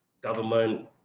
government